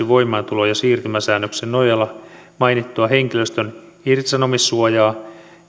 voimaantulo ja siirtymäsäännöksen nojalla mainittua henkilöstön irtisanomissuojaa